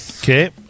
Okay